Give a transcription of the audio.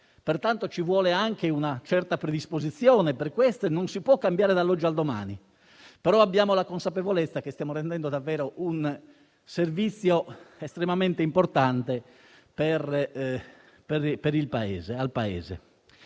pertanto ci vorrà anche una certa predisposizione, perché non si può cambiare dall'oggi al domani. Abbiamo la consapevolezza però che stiamo rendendo davvero un servizio estremamente importante al Paese.